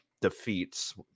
defeats